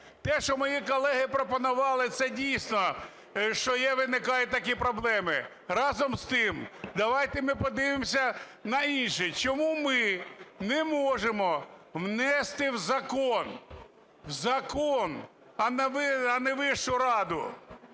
Те, що мої колеги пропонували, це дійсно, що є, виникають такі проблеми. Разом з тим, давайте ми подивимося на інше. Чому ми не можемо внести в закон, в закон, а не Вищу раду